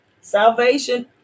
Salvation